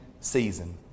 season